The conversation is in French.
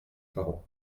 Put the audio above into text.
parents